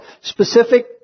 specific